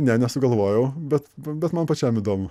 ne nesugalvojau bet bet man pačiam įdomu